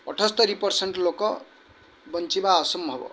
ଅଠସ୍ତରୀ percent ଲୋକ ବଞ୍ଚିବା ଅସମ୍ଭବ